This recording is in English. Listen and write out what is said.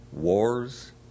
Wars